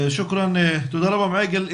תודה מעיגל.